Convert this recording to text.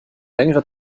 längere